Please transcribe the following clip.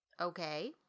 Okay